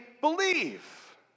believe